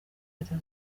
leta